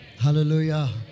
Hallelujah